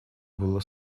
было